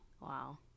Wow